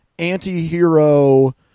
Anti-hero